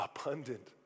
abundant